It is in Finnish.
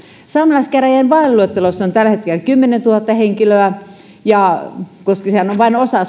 saamelaiskäräjien vaaliluettelossa on tällä hetkellä kymmenentuhatta henkilöä ja siinä luettelossahan on mukana vain osa